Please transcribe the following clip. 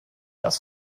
das